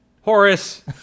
Horace